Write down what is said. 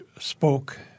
spoke